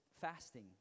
fasting